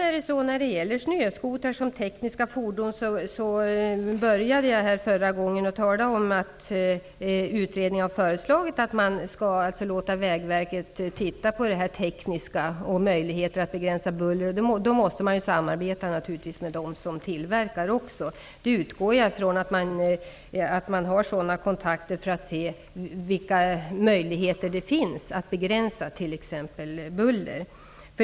När det sedan gäller snöskoterns rent tekniska utformning nämnde jag i mitt förra inlägg att utredningen har föreslagit att Vägverket skall få i uppdrag att studera de tekniska möjligheterna att begränsa bullret. I detta arbete måste man naturligtvis samarbeta bl.a. med tillverkarna. Jag utgår från att man har kontakter för att se vilka möjligheter som finns att begränsa t.ex. buller.